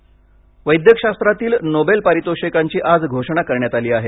Nobel पारितोषिक वैद्यकशास्त्रातील Nobel पारितोषिकांची आज घोषणा करण्यात आली आहे